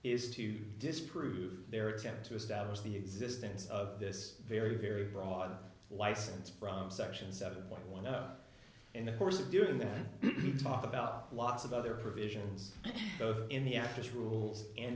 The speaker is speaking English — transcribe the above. is to disprove their attempt to establish the existence of this very very broad license from section seven point one zero in the course of doing that we talked about lots of other provisions both in the act as rules and